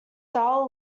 style